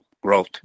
growth